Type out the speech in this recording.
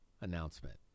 announcement